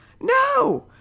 No